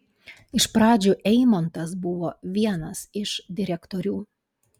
iš pradžių eimontas buvo vienas iš direktorių